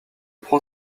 prend